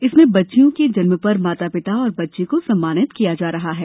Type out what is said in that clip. इसमें बच्चियों के जन्म पर माता पिता और बच्ची को सम्मानित जा रहा है